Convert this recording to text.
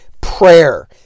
prayer